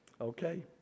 Okay